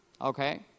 Okay